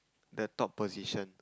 the top position